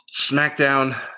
SmackDown